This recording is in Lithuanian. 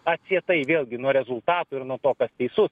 atsietai vėlgi nuo rezultatų ir nuo to kas teisus